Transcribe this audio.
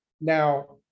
Now